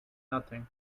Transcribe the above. nothing